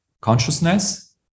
consciousness